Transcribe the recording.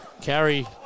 carry